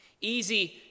Easy